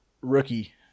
rookie